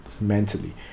mentally